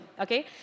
okay